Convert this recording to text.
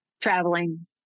traveling